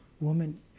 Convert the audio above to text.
woman